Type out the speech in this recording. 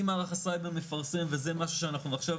אם מערך הסייבר מפרסם וזה משהו שאנחנו עכשיו